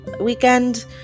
weekend